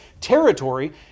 territory